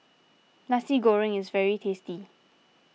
Nasi Goreng is very tasty